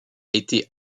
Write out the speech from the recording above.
été